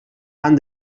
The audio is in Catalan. han